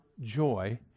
joy